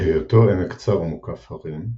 בהיותו עמק צר ומוקף הרים,